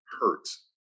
hurts